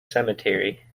cemetery